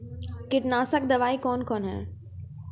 कीटनासक दवाई कौन कौन हैं?